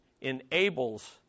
enables